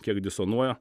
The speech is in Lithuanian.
kiek disonuoja